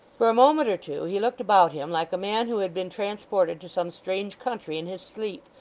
for a moment or two he looked about him like a man who had been transported to some strange country in his sleep,